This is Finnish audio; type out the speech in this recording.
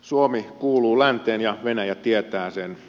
suomi kuuluu länteen ja venäjä tietää sen